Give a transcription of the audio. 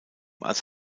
als